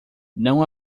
não